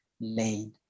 laid